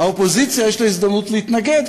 האופוזיציה יש לה הזדמנות להתנגד,